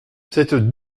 cette